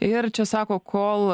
ir čia sako kol